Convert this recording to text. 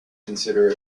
consider